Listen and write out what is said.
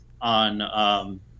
on